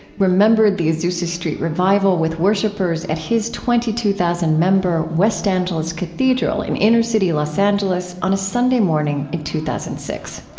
remembered the azusa street revival with worshippers at his twenty two thousand member west angeles cathedral in inner-city los angeles on a sunday morning in two and six.